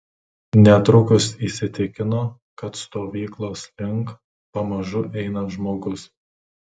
netrukus įsitikino kad stovyklos link pamažu eina žmogus